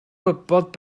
gwybod